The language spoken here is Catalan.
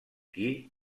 qui